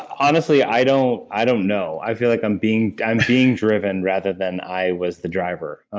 honestly, i don't i don't know. i feel like i'm being i'm being driven rather than i was the driver